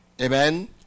Amen